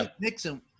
Nixon